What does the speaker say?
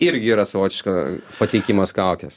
irgi yra savotiška pateikimas kaukes